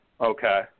okay